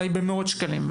אולי במאות שקלים.